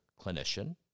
clinician